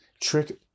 trick